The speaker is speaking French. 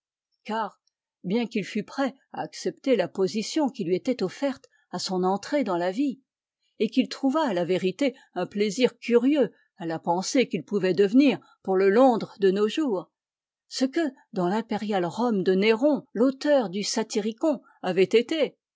car bien qu'il fût prêt à accepter la position qui lui était offerte à son entrée dans la vie et qu'il trouvât à la vérité un plaisir curieux à la pensée qu'il pouvait devenir pour le londres de nos jours ce que dans l'impériale rome de néron l'auteur du satyricon avait été